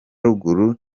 ruguru